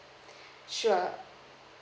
sure